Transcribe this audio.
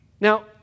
Now